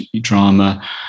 drama